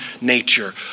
nature